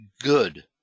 good